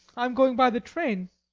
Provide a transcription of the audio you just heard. i am going by the train.